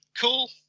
cool